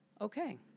Okay